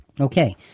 Okay